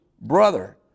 brother